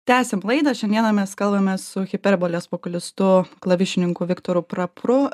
tęsiam laidą šiandieną mes kalbamės su hiperbolės populistu klavišininku viktoru prapru